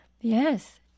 Yes